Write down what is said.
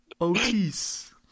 Otis